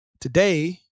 Today